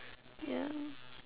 ya